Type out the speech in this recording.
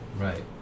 right